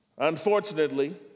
Unfortunately